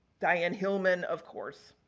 diane hillman, of course,